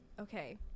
Okay